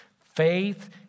Faith